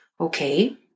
Okay